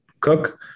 cook